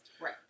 Right